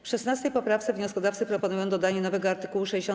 W 16. poprawce wnioskodawcy proponują dodanie nowego art. 62a.